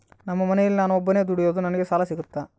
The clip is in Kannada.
ನಮ್ಮ ಮನೆಯಲ್ಲಿ ನಾನು ಒಬ್ಬನೇ ದುಡಿಯೋದು ನನಗೆ ಸಾಲ ಸಿಗುತ್ತಾ?